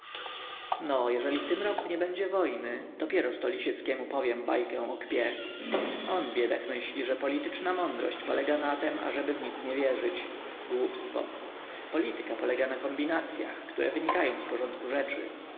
no jeżeli w tym roku nie będzie wojny dopieroż to lisieckiemu powiem bajkę o kpie on biedak myśli że polityczna mądrość polega na tem ażeby w nic nie wierzyć głupstwo polityka polega na kombinacyach które wynikają z porządku rzeczy